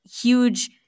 huge